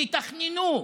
תתכננו.